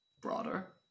broader